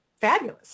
fabulous